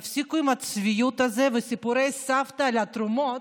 תפסיקו עם הצביעות הזאת וסיפורי סבתא על תרומות,